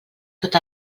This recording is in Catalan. tot